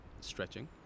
stretching